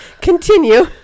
continue